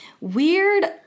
weird